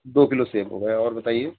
دو kilo سیب ہو گئے اور بتائیے